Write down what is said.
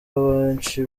abenshi